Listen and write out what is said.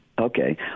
Okay